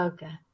Okay